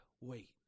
Wait